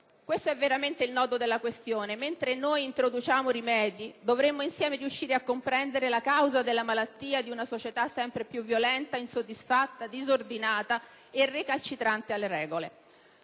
Questo è veramente il nodo della questione: mentre introduciamo rimedi, dovremmo insieme riuscire a comprendere la causa della malattia di una società sempre più violenta, insoddisfatta, disordinata e recalcitrante alle regole.